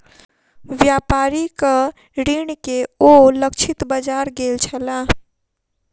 व्यापारिक ऋण के ओ लक्षित बाजार गेल छलाह